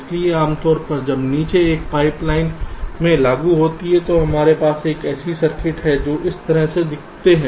इसलिए आमतौर पर जब चीजें एक पाइपलाइन में लागू होती हैं तो हमारे पास ऐसे सर्किट होते हैं जो इस तरह दिखते हैं